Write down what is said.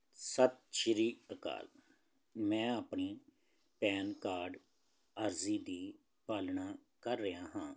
ਸਤਿ ਸ੍ਰੀ ਅਕਾਲ ਮੈਂ ਆਪਣੀ ਪੈਨ ਕਾਰਡ ਅਰਜ਼ੀ ਦੀ ਪਾਲਣਾ ਕਰ ਰਿਹਾ ਹਾਂ